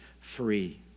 free